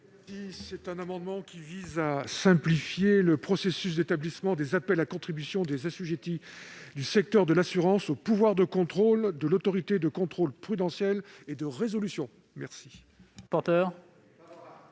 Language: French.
Cet amendement vise à simplifier le processus d'établissement des appels à contribution des assujettis du secteur de l'assurance au pouvoir de contrôle de l'Autorité de contrôle prudentiel et de résolution (ACPR).